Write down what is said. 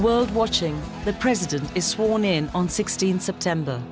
world watching the president is sworn in on sixteen september